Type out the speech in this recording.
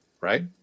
right